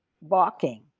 walking